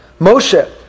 Moshe